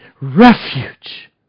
refuge